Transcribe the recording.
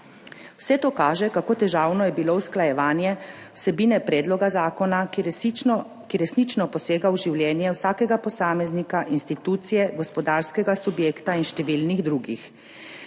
Vse to kaže, kako težavno je bilo usklajevanje vsebine predloga zakona, ki resnično posega v življenje vsakega posameznika, institucije, gospodarskega subjekta in številnih drugih.